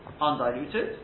undiluted